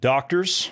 Doctors